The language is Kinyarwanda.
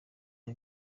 byo